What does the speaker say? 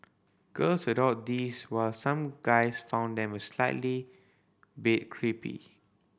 girls adored these while some guys found them a slightly bit creepy